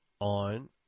on